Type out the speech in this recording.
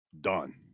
done